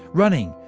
running,